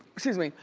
excuse me.